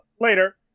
later